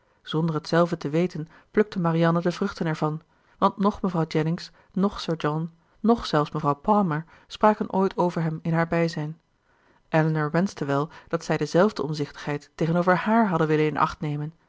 zonder het zelve te weten plukte marianne de vruchten ervan want noch mevrouw jennings noch sir john noch zelfs mevrouw palmer spraken ooit over hem in haar bijzijn elinor wenschte wel dat zij de zelfde omzichtigheid tegenover haar hadden willen in acht nemen